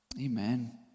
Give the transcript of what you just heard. Amen